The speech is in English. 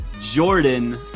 Jordan